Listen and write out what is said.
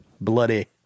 bloody